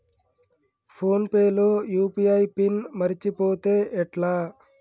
Phone pay లో UPI pin మరచిపోతే ఎట్లా?